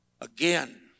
Again